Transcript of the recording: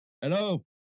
Hello